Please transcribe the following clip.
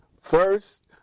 first